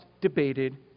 debated